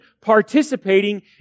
participating